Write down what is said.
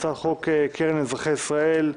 הצ"ח קרן לאזרחי ישראל,